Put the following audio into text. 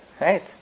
right